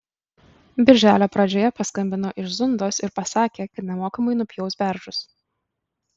birželio pradžioje paskambino iš zundos ir pasakė kad nemokamai nupjaus beržus